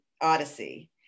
Odyssey